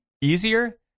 easier